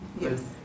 Yes